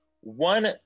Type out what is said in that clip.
one